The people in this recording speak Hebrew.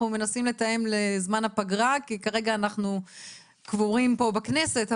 מנסים לתאם לזמן הפגרה כי כרגע אנחנו קבורים פה בכנסת,